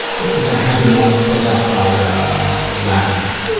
this is a happy moment filled out by lavender.